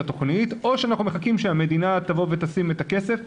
התוכנית או שאנחנו מחכים שהמדינה תבוא ותשים את הכסף.